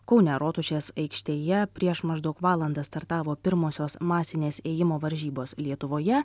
kaune rotušės aikštėje prieš maždaug valandą startavo pirmosios masinės ėjimo varžybos lietuvoje